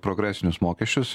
progresinius mokesčius